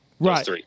Right